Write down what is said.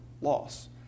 loss